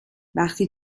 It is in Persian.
وقتی